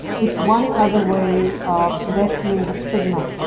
it's one other way of lessening the stigma.